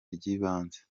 ry’ibanze